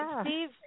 Steve